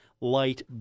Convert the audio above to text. light